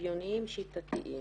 שוויוניים ושיטתיים.